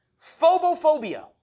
Phobophobia